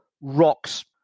rocks